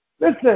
Listen